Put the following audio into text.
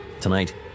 Tonight